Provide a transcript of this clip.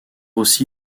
aussi